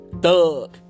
thug